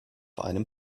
einem